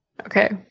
Okay